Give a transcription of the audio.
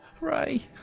Ray